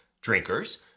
drinkers